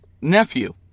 nephew